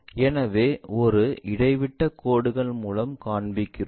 எனவே ஒரு இடைவிட்டக் கோடுகள் மூலம் காண்பிக்கிறோம்